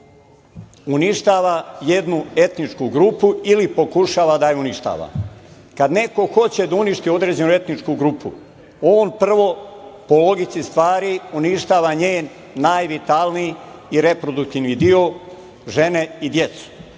on uništava jednu etničku grupu ili pokušava da je uništava. Kada neko hoće da uništi određenu etničku grupu, on prvo po logici stvari uništava njen najvitalniji i reproduktivni deo, žene i decu.U